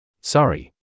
Sorry